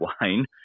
wine